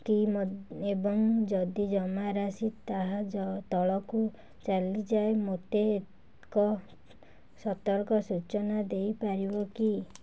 କି ଏବଂ ଯଦି ଜମାରାଶି ତାହା ଜ ତଳକୁ ଚାଲିଯାଏ ମୋତେ ଏକ ସତର୍କ ସୂଚନା ଦେଇପାରିବ କି